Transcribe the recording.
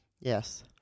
Yes